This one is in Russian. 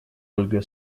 ольга